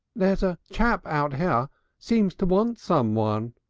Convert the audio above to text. there's a chap out here seems to want someone.